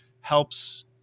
helps